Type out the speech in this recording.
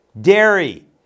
dairy